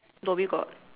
dhoby ghaut